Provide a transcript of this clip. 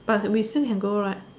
but we still can go right